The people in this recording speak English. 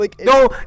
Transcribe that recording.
No